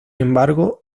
embargo